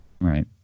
Right